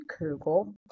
kugel